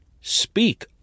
speak